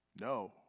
No